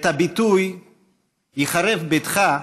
את הביטוי "ייחרב ביתך"